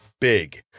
big